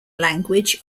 language